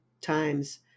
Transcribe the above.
times